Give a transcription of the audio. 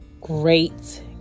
great